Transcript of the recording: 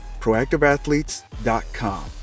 proactiveathletes.com